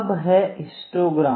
अब है हिस्टोग्राम